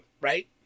right